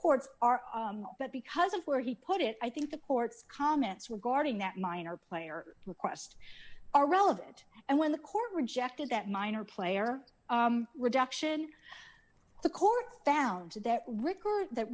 courts are but because of where he put it i think the courts comments regarding that minor player request are relevant and when the court rejected that minor player reduction the courts found their record that